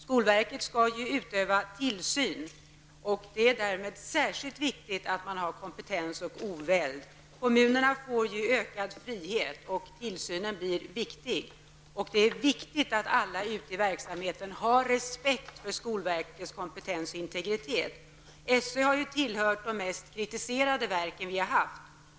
Skolverket skall ju utöva tillsyn, och det är därför särskilt viktigt med kompetens och oväld. Kommunerna får ju ökad frihet varför tillsynen blir viktig. Det är angeläget att alla har respekt för skolverkets kompetens och integritet. SÖ har ju tillhört de mest kritiserade verken.